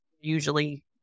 usually